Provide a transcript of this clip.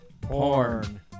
porn